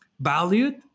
valued